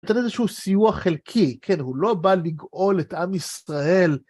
לתת איזשהו סיוע חלקי, כן, הוא לא בא לגאול את עם ישראל.